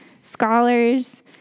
scholars